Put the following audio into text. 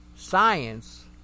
science